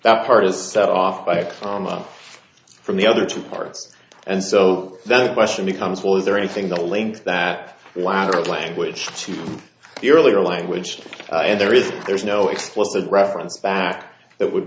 that part is set off by a month from the other two parts and so then the question becomes was there anything to link that ladder of language to the earlier language and there is there's no explicit reference back that would